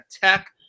Tech